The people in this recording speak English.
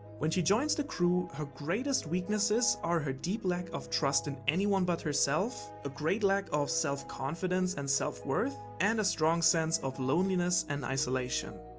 when she joins the crew, her greatest weaknesses are her deep lack of trust in anyone but herself, a great lack of self-confidence and self-worth and a strong sense of loneliness and isolation.